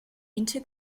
into